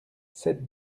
sept